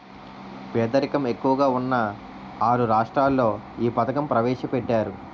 పేదరికం ఎక్కువగా ఉన్న ఆరు రాష్ట్రాల్లో ఈ పథకం ప్రవేశపెట్టారు